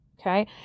Okay